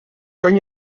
kan